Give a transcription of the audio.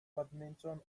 badminton